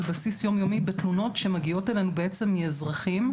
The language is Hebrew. על בסיס יום-יומי בתלונות שמגיעות אלינו בעצם מאזרחים,